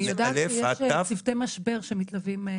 אני יודעת שיש צוותי משבר שמתלווים.